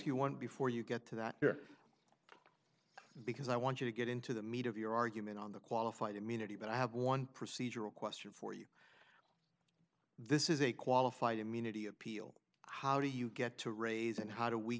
you want before you get to that here because i want you to get into the meat of your argument on the qualified immunity but i have one procedural question for you this is a qualified immunity appeal how do you get to raise and how do we